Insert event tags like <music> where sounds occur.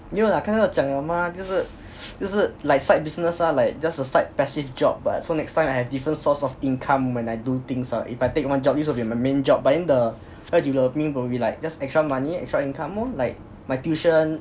没有啦刚才我讲了嘛就是 <noise> 就是 like side business ah like just a side passive job but so next time I have different source of income when I do things ah if I take my one job this will be a main job but then the web developing will be like just extra money extra income lor like my tuition